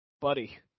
Buddy